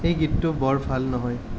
এই গীতটো বৰ ভাল নহয়